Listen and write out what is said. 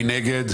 מי נגד?